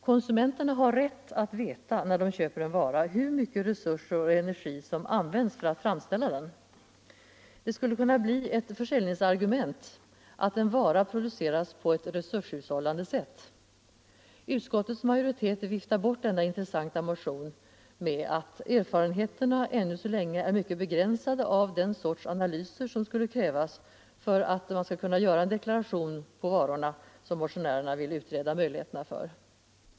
Konsumenterna har rätt att veta, när de köper en vara, hur mycket resurser och energi som har använts för att framställa den varan. Det skulle kunna bli ett försäljningsargument att en vara producerats på ett resurshushållande sätt. Utskottets majoritet viftar bort denna intressanta motion med att ännu så länge är erfarenheterna mycket begränsade när det gäller den sort analyser som krävs för den deklaration på varorna som motionärerna vill utreda möjligheterna för.